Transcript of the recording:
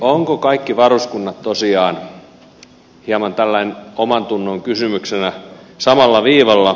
ovatko kaikki varuskunnat tosiaan hieman tällaisena omantunnon kysymyksenä samalla viivalla